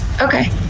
Okay